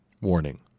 Warning